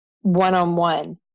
one-on-one